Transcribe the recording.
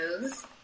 news